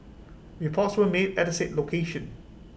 reports were made at the said location